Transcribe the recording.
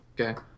okay